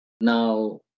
Now